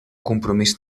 compromís